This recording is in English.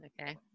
Okay